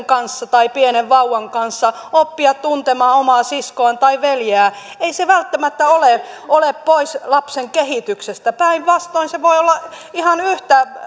kanssa tai pienen vauvan kanssa oppia tuntemaan omaa siskoaan tai veljeään ei se välttämättä ole ole pois lapsen kehityksestä päinvastoin se voi olla ihan